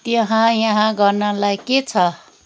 त्यहाँ यहाँ गर्नलाई के छ